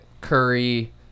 Curry